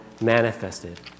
manifested